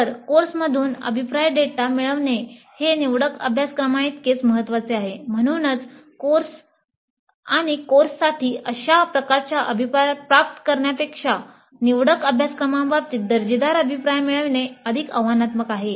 तर कोर्समधून अभिप्राय डेटा मिळविणे फार महत्वाचे आहे